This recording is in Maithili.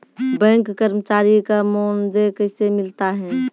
बैंक कर्मचारी का मानदेय कैसे मिलता हैं?